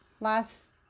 last